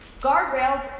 guardrails